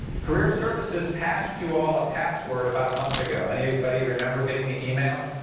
career services passed you all a password about a month ago. anybody remember getting the email?